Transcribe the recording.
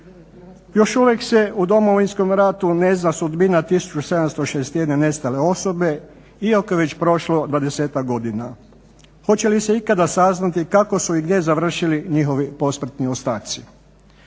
Još uvijek se u Domovinskom ratu ne zna sudbina 1761 nestale osobe iako je već prošlo dvadesetak godina. Hoće li se ikada saznati kako su i gdje završili njihovi posmrtni ostaci?